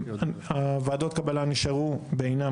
ועדות הקבלה נשארו בעינם,